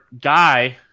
guy